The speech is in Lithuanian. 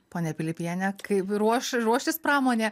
ponia pilipiene kai ruoš ruošis pramonė